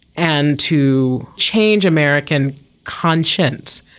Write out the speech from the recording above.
and to change american conscience.